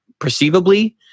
perceivably